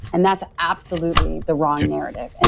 and that's absolutely the wrong narrative. and